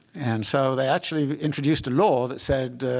and so they actually introduced a law that said